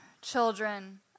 children